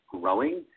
growing